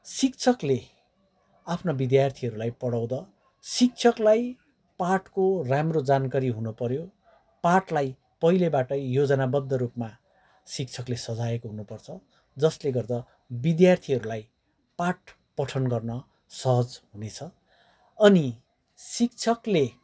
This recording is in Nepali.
शिक्षकले आफ्नो विद्यार्थीहरूलाई पढाउँदा शिक्षकलाई पाठको राम्रो जानकारी हुनपऱ्यो पाठलाई पहिलेबाट योजनावद्ध रूपमा शिक्षकले सजाएको हुन पर्छ जसले गर्दा विद्यार्थीहरूलाई पाठ पठन गर्न सहज हुनेछ अनि शिक्षकले